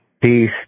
peace